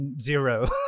zero